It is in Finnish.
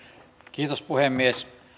puhemies